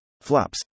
flops